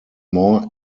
more